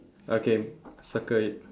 okay circle it